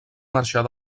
marxar